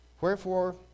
Wherefore